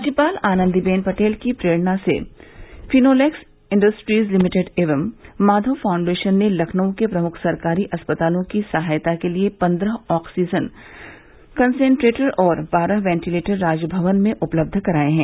राज्यपाल आनन्दी बेन पटेल की प्रेरणा से फिनोलेक्स इण्टस्ट्रीज लिमिटेड एवं माधव फाउण्डेशन ने लखनऊ के प्रमुख सरकारी अस्पतालों की सहायता के लिए पन्द्रह ऑक्सीजन कसेनट्रेटर और बारह वेंटीलेटर राजभवन में उपलब्ध कराये हैं